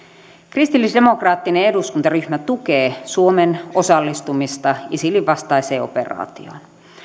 kristillisdemokraattinen eduskuntaryhmä tukee suomen osallistumista isilin vastaiseen operaatioon